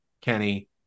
kenny